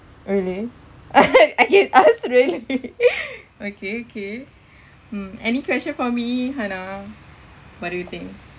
really I can ask really okay okay mm any question for me hannah what do you think